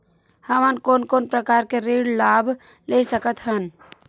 हमन कोन कोन प्रकार के ऋण लाभ ले सकत हन?